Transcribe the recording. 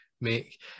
make